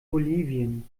bolivien